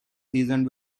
seasoned